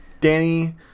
Danny